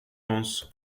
mons